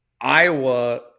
Iowa